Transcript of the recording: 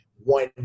one